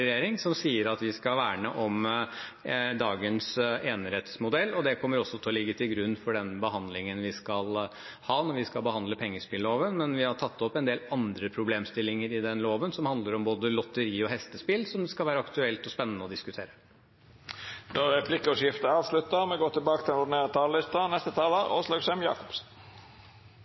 regjering, som sier at vi skal verne om dagens enerettsmodell. Det kommer også til å ligge til grunn for den behandlingen vi skal ha når vi skal behandle pengespilloven, men vi har tatt opp en del andre problemstillinger i den loven, som handler om både lotteri og hestespill, som det skal være aktuelt og spennende å diskutere. Replikkordskiftet er avslutta. Senterpartiets grunnleggende verdisyn er å jobbe for økonomisk, sosial og